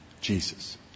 Jesus